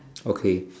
okay